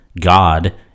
God